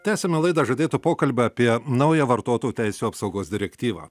tęsiame laidą žadėtu pokalbiu apie naują vartotojų teisių apsaugos direktyvą